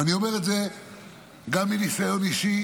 ואני אומר את זה גם מניסיון אישי,